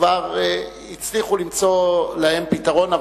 כבר הצליחו למצוא להם פתרון,